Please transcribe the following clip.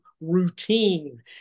routine